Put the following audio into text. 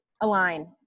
align